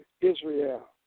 Israel